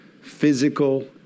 physical